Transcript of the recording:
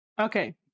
Okay